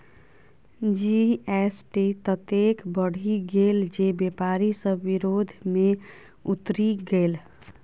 GST ततेक बढ़ि गेल जे बेपारी सभ विरोध मे उतरि गेल